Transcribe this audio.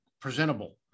presentable